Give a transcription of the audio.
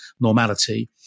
normality